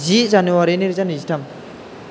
जि January नै रोजा नैजिथाम